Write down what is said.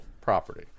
property